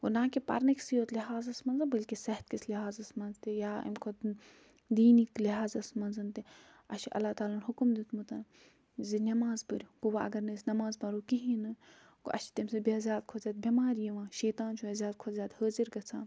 گوٚو نَہ کہ پَرنٕکسٕے یوت لِحاظَس منٛز بلکہِ صحتکِس لِحاظَس منٛز تہِ یا اَمہِ کھۄتہٕ دیٖنی لِحاظَس منٛز تہِ اسہِ چھُ اللہ تعالٰی ہَن حُکُم دیٛوتمُت زِ نیٚماز پٔریٛو گوٚو اگر نہٕ أسۍ نیٚماز پَرو کِہیٖنۍ نہٕ گوٚو اسہِ چھِ تَمہِ سۭتۍ بیٚیہِ زیٛادٕ کھۄتہٕ زیٛادٕ بیٚمارِ یِوان شیطان چھُ اسہِ زیادٕ کھۄتہٕ زیادٕ حٲضر گژھان